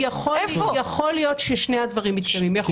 יכול להיות ששני הדברים מתקיימים.